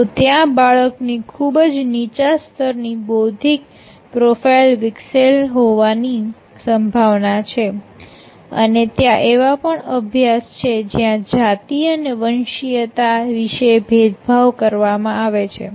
તો ત્યાં બાળકની ખૂબ જ નીચા સ્તરની બૌદ્ધિક પ્રોફાઈલ વિકસેલ હોવાની સંભાવના છે અને ત્યાં એવા પણ અભ્યાસ છે જ્યાં જાતિ અને વંશીયતા વિશે ભેદભાવ કરવામાં આવે છે